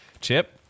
chip